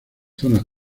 zonas